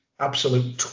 Absolute